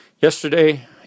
yesterday